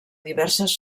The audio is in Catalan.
diverses